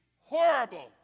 horrible